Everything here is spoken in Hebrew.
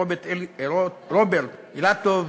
רוברט אילטוב,